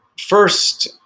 first